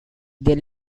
they